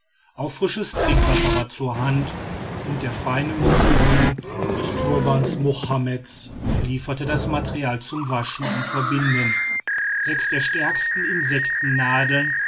auch frisches trinkwasser war zur hand und der feine musselin des turbans mohammeds lieferte das material zum waschen und verbinden sechs der stärksten